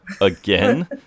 again